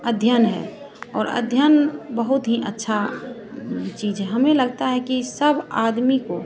अध्ययन है और अध्ययन बहुत ही अच्छा चीज़ है हमें लगता है कि सब आदमी को